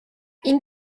این